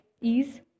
ease